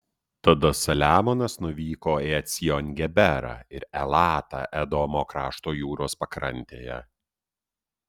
tada saliamonas nuvyko į ecjon geberą ir elatą edomo krašto jūros pakrantėje